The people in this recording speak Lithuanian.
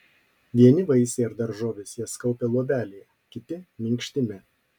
vieni vaisiai ar daržovės jas kaupia luobelėje kiti minkštime